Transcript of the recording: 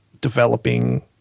developing